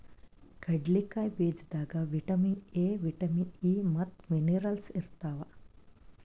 ಕಡ್ಲಿಕಾಯಿ ಬೀಜದಾಗ್ vitamin A, vitamin E ಮತ್ತ್ ಮಿನರಲ್ಸ್ ಇರ್ತವ್